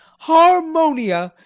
harmonia,